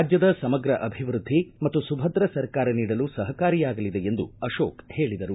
ರಾಜ್ಯದ ಸಮಗ್ರ ಅಭಿವೃದ್ದಿ ಮತ್ತು ಸುಭದ್ರ ಸರ್ಕಾರ ನೀಡಲು ಸಹಕಾರಿಯಾಗಲಿದೆ ಎಂದು ಅಶೋಕ್ ಹೇಳಿದರು